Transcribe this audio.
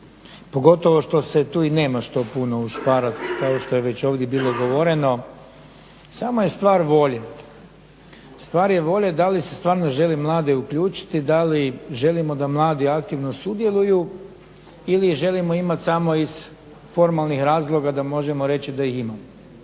pogotovo što se tu nema što puno ušparat kao što je već ovdje bilo govoreno, samo je stvar volje. Stvar je volje da li se stvarno želi mlade uključiti, da li želimo da mladi aktivno sudjeluju ili želimo imat samo iz formalnih razloga da možemo reći da ih imamo.